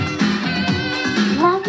Love